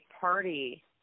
party